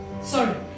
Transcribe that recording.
Sorry